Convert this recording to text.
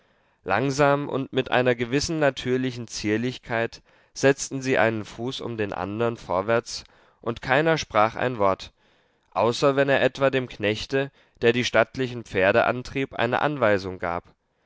langsam und mit einer gewissen natürlichen zierlichkeit setzten sie einen fuß um den andern vorwärts und keiner sprach ein wort außer wenn er etwa dem knechte der die stattlichen pferde antrieb eine anweisung gab